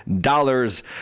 dollars